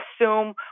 assume